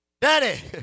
Daddy